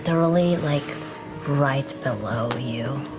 literally like right below you.